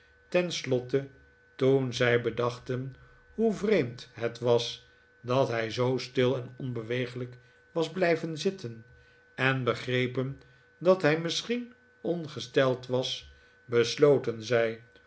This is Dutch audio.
tenslotte toen zij bedachten hoe vreemd het was dat hij zoo stil en onbeweeglijk was blijven zitten en begrepen dat hij misschien ongesteld was besloten zij